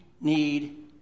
need